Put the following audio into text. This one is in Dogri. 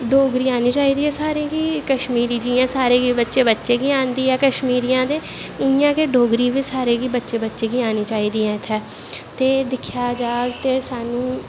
डोगरी आनी चाही दी ऐ सारें गी कश्मीरी जियां बच्चें बच्चे गी आंदी ऐ कस्मीरियां दे ते उआं गै डोगरी बच्चे बच्चे गी आनी चाही दी ऐ इत्थें ते दिक्खेआ जा ते स्हानू